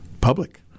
Public